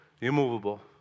immovable